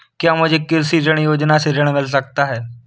क्या मुझे कृषि ऋण योजना से ऋण मिल सकता है?